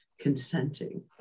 consenting